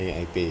eh I pay